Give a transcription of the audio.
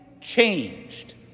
changed